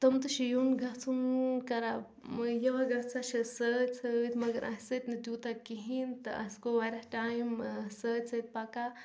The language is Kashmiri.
تِم تہِ چھِ یُن گَژھُن کَران یِوان گَژھان چھِ أسۍ سۭتۍ سۭتۍ مگر اَسہِ سۭتۍ نہٕ تیوٗتاہ کِہیٖنۍ تہٕ اَسہِ گوٚو واریاہ ٹایم سۭتۍ سۭتۍ پَکان